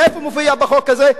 איפה מופיע בחוק הזה?